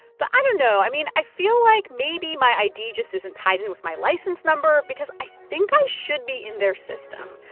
but i don't know. i mean, i feel like maybe my id just isn't tied in with my license number because i think i should be in their system.